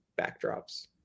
backdrops